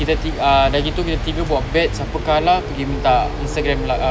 kita tiga ah dah gitu kita tiga buat bet siapa kalah pergi minta Instagram